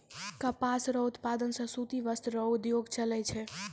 कपास रो उप्तादन से सूती वस्त्र रो उद्योग चलै छै